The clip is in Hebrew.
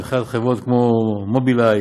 ממכירת חברות כמו מובילאיי,